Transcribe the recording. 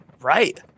Right